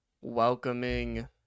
welcoming